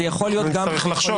וזה יכול להיות גם --- צריך לחשוב